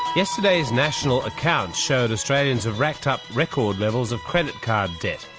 yesterday's national accounts showed australians have racked up record levels of credit card debt.